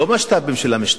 לא משת"פים של המשטרה,